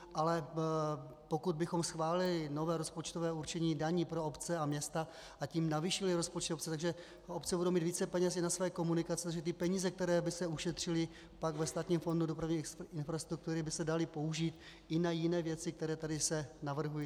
Ale pokud bychom schválili nové rozpočtové určení daní pro obce a města, a tím navýšili rozpočet obcí tak, že obce budou mít více peněz i na své komunikace a že peníze, které by se ušetřily pak ve Státním fondu dopravní infrastruktury, by se daly použít i na jiné věci, které tady se navrhují.